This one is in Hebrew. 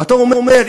ואתה אומר,